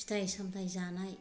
फिथाइ सामथाइ जानाय